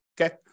okay